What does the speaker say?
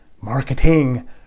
marketing